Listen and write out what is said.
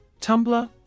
Tumblr